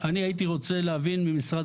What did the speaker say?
הוא סירב ואני אגיד לכם מדוע הוא סירב,